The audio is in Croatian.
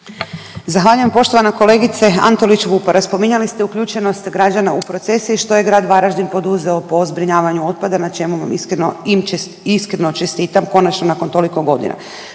Zahvaljujem. Poštovana kolegice Antolić Vupora spominjali ste uključenost građana u procese i što je grad Varaždin poduzeo po zbrinjavanju otpada na čemu vam iskreno čestitam konačno nakon toliko godina.